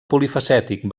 polifacètic